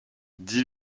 dix